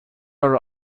our